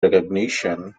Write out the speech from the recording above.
recognition